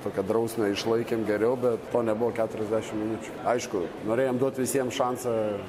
tokią drausmę išlaikėm geriau bet to nebuvo keturiasdešimt minučių aišku norėjom duoti visiem šansą